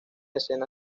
escena